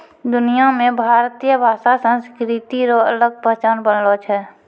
दुनिया मे भारतीय भाषा संस्कृति रो अलग पहचान बनलो छै